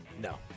No